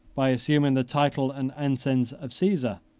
by assuming the title and ensigns of caesar.